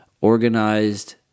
organized